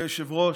אדוני היושב-ראש,